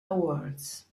awards